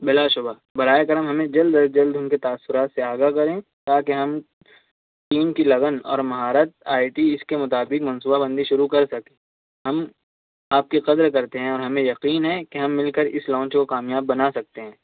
بِلا شُبہ براہِ کرم ہمیں جلد از جلد اُن کے تاثرات سے آگاہ کریں تاکہ ہم ٹیم کی لگن اور مہارت آئی ٹی اِس کے مطابق منصبوبہ بندی شروع کر سکیں ہم آپ کی قدر کرتے ہیں اور ہمیں یقین ہے کہ ہم مِل کر اِس لانچ کو کامیاب بنا سکتے ہیں